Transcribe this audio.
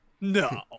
No